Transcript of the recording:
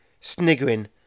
sniggering